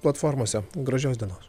platformose gražios dienos